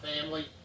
family